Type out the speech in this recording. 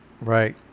Right